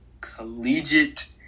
collegiate